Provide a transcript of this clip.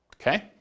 Okay